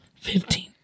Fifteen